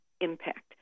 impact